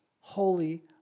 holy